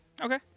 Okay